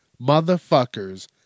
motherfuckers